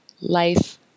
Life